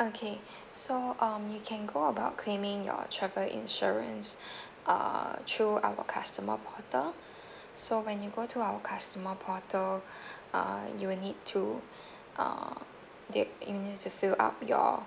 okay so um you can go about claiming your travel insurance uh through our customer portal so when you go to our customer portal uh you will need to uh the you will need to fill up your